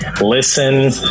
Listen